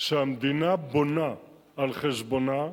שהמדינה בונה על חשבונה,